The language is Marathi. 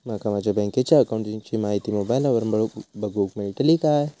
माका माझ्या बँकेच्या अकाऊंटची माहिती मोबाईलार बगुक मेळतली काय?